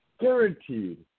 Guaranteed